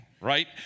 right